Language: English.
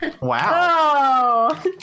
Wow